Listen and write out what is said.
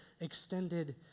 extended